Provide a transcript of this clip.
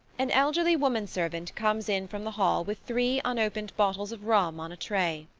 an elderly womanservant comes in from the hall with three unopened bottles of rum on a tray.